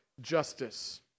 justice